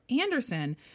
Anderson